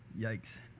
Yikes